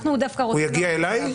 הוא יגיע אלי?